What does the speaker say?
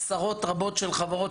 עשרות רבות של חברות,